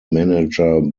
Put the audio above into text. manager